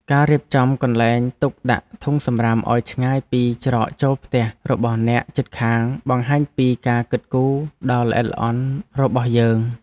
ការរៀបចំកន្លែងទុកដាក់ធុងសំរាមឱ្យឆ្ងាយពីច្រកចូលផ្ទះរបស់អ្នកជិតខាងបង្ហាញពីការគិតគូរដ៏ល្អិតល្អន់របស់យើង។